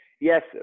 Yes